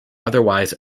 otherwise